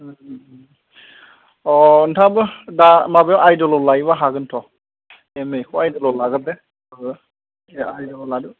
अ नोंथाङाबो दा माबायाव आइद'लाव लायोबा हागोनथ' एम ए खौ आइद'लाव लाग्रोदो औ बे आइद'लाव लादो